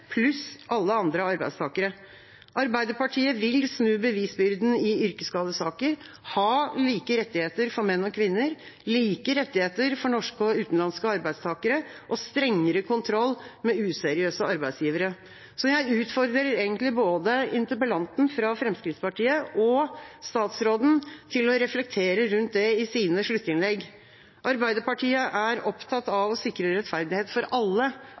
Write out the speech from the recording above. pluss alle andre arbeidstakere. Arbeiderpartiet vil snu bevisbyrden i yrkesskadesaker, ha like rettigheter for menn og kvinner, like rettigheter for norske og utenlandske arbeidstakere og strengere kontroll med useriøse arbeidsgivere. Jeg utfordrer egentlig både interpellanten fra Fremskrittspartiet og statsråden til å reflektere rundt det i sine sluttinnlegg. Arbeiderpartiet er opptatt av å sikre rettferdighet for alle